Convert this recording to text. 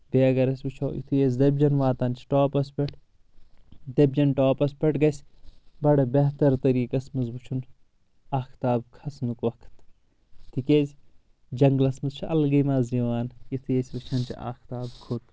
بییٚہِ اگر أسۍ وٕچھو یُتھے أسۍ دوبۍجٮ۪ن واتان چھِ ٹاپس پٮ۪ٹھ دوبۍبجٮ۪ن ٹاپس پٮ۪ٹھ گژھ بڑٕ بہتر طٔریقَس منٛز وٕچھُن اختاب کھسنُک وقت تِکیاز جنگلس منٛز چھُ الگے مزٕ یِوان یتھی أسۍ وٕچھن چھ آختاب کھوٚت